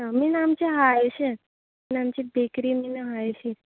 ह्या म्हयन्या आमचें हाय अशें आमची बेकरी बीन हाय अशी